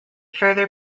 further